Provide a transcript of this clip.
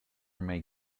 may